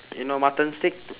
you know mutton steak